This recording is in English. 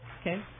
Okay